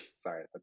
Sorry